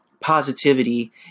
positivity